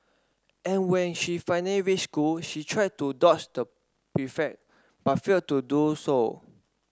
and when she finally reached school she tried to dodge the prefect but failed to do so